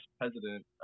president